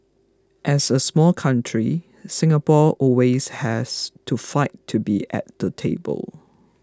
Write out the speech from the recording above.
as a small country Singapore always has to fight to be at the table